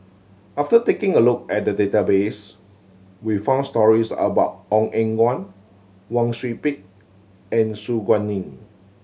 after taking a look at the database we found stories about Ong Eng Guan Wang Sui Pick and Su Guaning